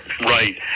Right